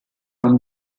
from